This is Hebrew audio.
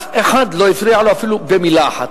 אף אחד לא הפריע לו, אפילו במלה אחת.